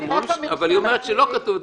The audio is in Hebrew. היא אומרת שזה לא כתוב בחוק.